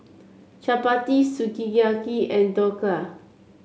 Chapati Sukiyaki and Dhokla